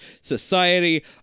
society